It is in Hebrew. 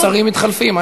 והשרים מתחלפים.